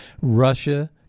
Russia